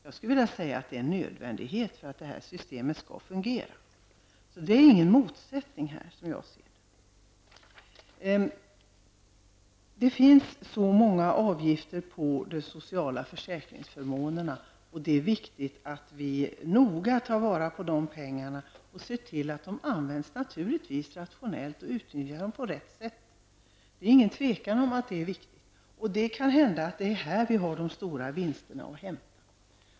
Jag skulle vilja säga att det är en nödvändighet för att det här systemet skall fungera. Här finns ingen motsättning, som jag ser det. Det finns väldigt många avgifter när det gäller de sociala försäkringsförmånerna. Det är viktigt att vi verkligen tar vara på pengarna i det sammanhanget. Vi måste se till att pengarna används rationellt, dvs. att de utnyttjas på rätt sätt. Det råder inget tvivel om att det här är viktigt. Det kan hända att det är på detta område som vi har stora vinster att hämta.